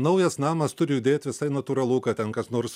naujas namas turi judėt visai natūralu kad ten kas nors